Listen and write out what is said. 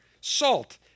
salt